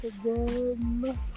again